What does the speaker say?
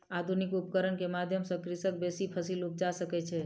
आधुनिक उपकरण के माध्यम सॅ कृषक बेसी फसील उपजा सकै छै